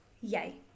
Yay